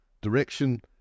direction